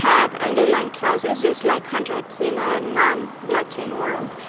have underlying clauses, just like contracts in a non-blockchain world.